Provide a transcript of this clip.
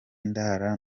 ndara